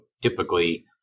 typically